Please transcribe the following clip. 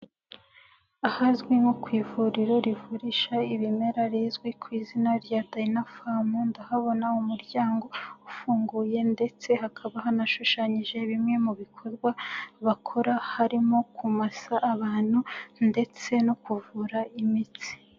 Ahazwi nko ku ivuriro rivurisha ibimera, rizwi ku izina rya Dynapharm, ndahabona umuryango ufunguye ndetse hakaba hanashushanyije bimwe mu bikorwa bakora, harimo kumasa abantu ndetse no kuvura imitsi.